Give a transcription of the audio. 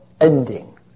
ending